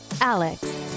Alex